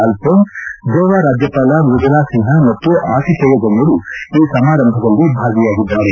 ಆಲ್ಫೋನ್ ಗೋವಾ ರಾಜ್ಜಪಾಲ ಮೃದುಲಾ ಸಿನ್ನ ಮತ್ತು ಆತಿಥೇಯ ಗಣ್ಣರು ಈ ಸಮಾರಂಭದಲ್ಲಿ ಭಾಗಿಯಾಗಿದ್ದಾರೆ